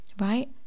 Right